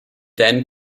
then